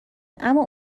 اما